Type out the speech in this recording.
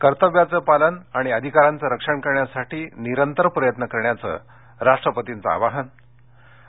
कर्तव्याचं पालन आणि अधिकारांचं रक्षण करण्यासाठी निरंतर प्रयत्न करण्याचं राष्ट्रपतींना आवाहन आणि